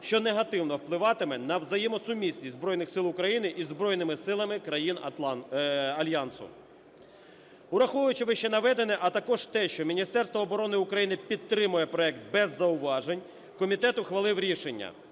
що негативно впливатиме на взаємосумісність Збройних Сил України і збройними силами країн Альянсу. Враховуючи вищенаведене, а також те, що Міністерство оборони України підтримує проект без зауважень, комітет ухвалив рішення